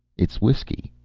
it's whiskey,